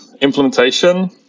implementation